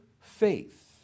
faith